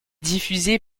diffusé